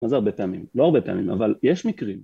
מה זה הרבה פעמים, לא הרבה פעמים אבל יש מקרים